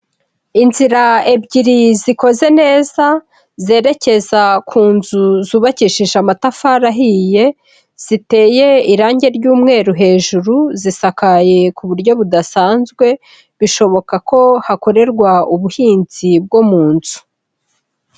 Inzira ebyiri zikoze neza, zerekeza ku nzu zubakishije amatafari ahiye, ziteye irange ry'umweru hejuru, zisakaye ku buryo budasanzwe, bishoboka ko hakorerwa ubuhinzi bwo mu nzu.